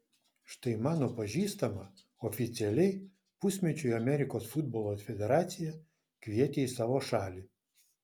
štai mano pažįstamą oficialiai pusmečiui amerikos futbolo federacija kvietė į savo šalį